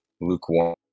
lukewarm